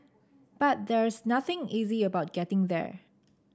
but there's nothing easy about getting there